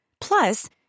Plus